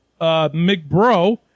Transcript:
McBro